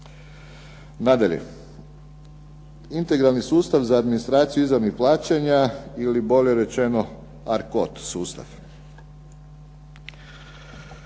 Nadalje, integralni sustav za administraciju izravnih plaćanja ili bolje rečeno ar kod sustav.